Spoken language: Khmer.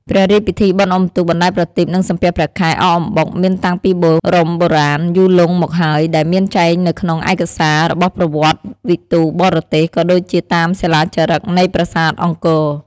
ព្រះរាជពិធីបុណ្យអ៊ំុទូក បណ្តែតប្រទីប និងសំពះព្រះខែ អកអំបុក មានតាំងពីបូរមបុរាណ យូរលង់មកហើយ ដែលមានចែងនៅក្នុងឯកសារ របស់ប្រវត្តិវិទូបរទេស ក៏ដូចជាតាមសិលាចារឹក នៃប្រាសាទអង្គរ។